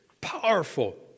Powerful